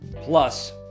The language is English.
plus